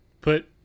put